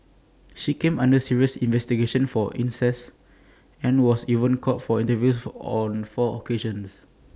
she came under serious investigation for incest and was even called for interviews for on four occasions